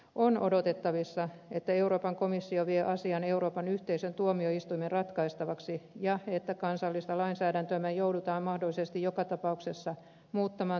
on odotettavissa että euroopan komissio vie asian euroopan yhteisön tuomioistuimen ratkaistavaksi ja että kansallista lainsäädäntöämme joudutaan mahdollisesti joka tapauksessa muuttamaan tuomioistuinratkaisun seurauksena